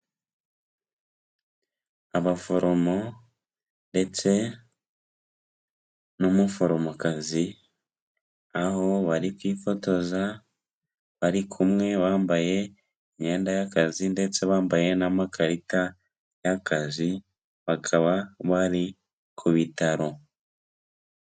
Abaforomo ndetse n'umuforomokazi aho bari kwifotoza bari kumwe bambaye imyenda y'akazi ndetse bambaye n'amakarita y'akazi, bakaba bari ku bitaro.